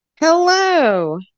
Hello